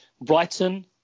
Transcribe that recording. Brighton